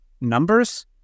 numbers